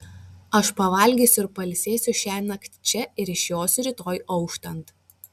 aš pavalgysiu ir pailsėsiu šiąnakt čia ir išjosiu rytoj auštant